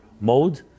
mode